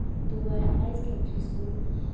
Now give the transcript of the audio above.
दूआ ऐ high secondary school